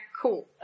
Cool